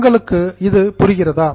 உங்களுக்கு இது புரிகிறதா